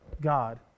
God